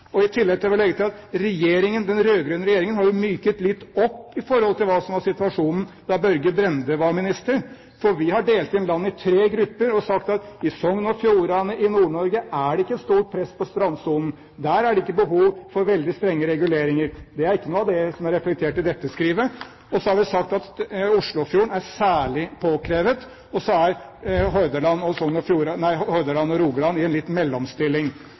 I tillegg vil jeg legge til at den rød-grønne regjeringen har myket litt opp i forhold til det som var situasjonen da Børge Brende var minister, for vi har delt inn landet i tre grupper og sagt at i Sogn- og Fjordane og i Nord-Norge er det ikke stort press på strandsonen, der er det ikke behov for veldig strenge reguleringer – det er ikke noe av det som er reflektert i dette skrivet – så har vi sagt at i Oslofjorden er det særlig påkrevet, og så er Hordaland og Rogaland i en litt mellomstilling. I realiteten sto Børge Brende for noe som vi har myket litt